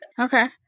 Okay